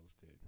dude